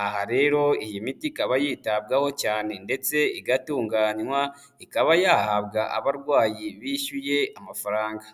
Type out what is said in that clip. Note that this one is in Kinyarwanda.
aha rero iyi miti ikaba yitabwaho cyane ndetse igatunganywa, ikaba yahabwa abarwayi bishyuye amafaranga,